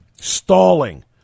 stalling